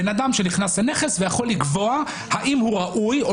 בן אדם שנכנס לנכס ויכול לקבוע האם הוא ראוי או